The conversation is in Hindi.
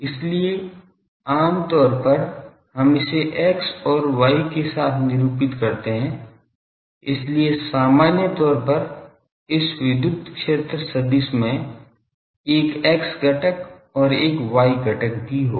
इसलिए आमतौर पर हम इसे X और Y के साथ निरूपित करते है इसलिए सामान्य तौर पर इस विद्युत क्षेत्र सदिश में एक X घटक और एक Y घटक भी होगा